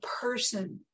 person